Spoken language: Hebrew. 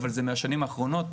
אבל זה מהשנים האחרונות,